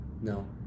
No